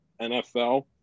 NFL